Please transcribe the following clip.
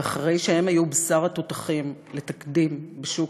ואחרי שהם היו בשר תותחים לתקדים בשוק